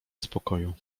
spokoju